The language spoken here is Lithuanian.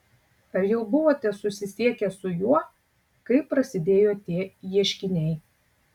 ar jau buvote susisiekęs su juo kai prasidėjo tie ieškiniai